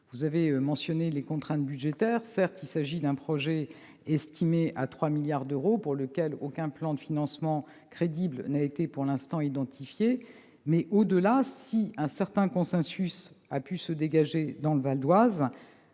Vous avez mentionné les contraintes budgétaires. Certes, il s'agit d'un projet estimé à 3 milliards d'euros, pour lequel aucun plan de financement crédible n'a pour l'instant été identifié. Mais, au-delà, si un certain consensus a pu se dégager dans le Val-d'Oise,